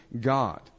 God